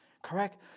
Correct